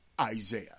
Isaiah